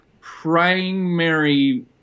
primary